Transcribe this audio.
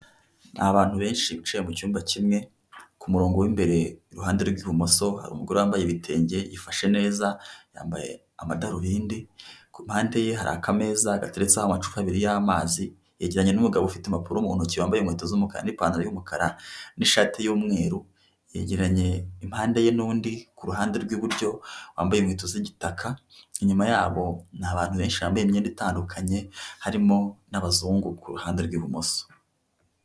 Ni abantu benshi bicaye mu cyumba kimwe, ku murongo w'imbere, iruhande rw'ibumoso, hari umugore wambaye ibitenge, yifashe neza, yambaye amadarubindi, ku mpande ye hari akameza gateretseho amacupa abiri y'amazi, yegeranye n'umugabo ufite impapuro mu ntoki, wambaye inkweto z'umukara n'ipantaro y'umukara n'ishati y'umweru, yegeranye impande ye n'undi, ku ruhande rw'iburyo, wambaye inkweto z'igitaka, inyuma y'abo ni abantu benshi bambaye imyenda itandukanye harimo n'abazungu ku ruhande rw'ibumoso.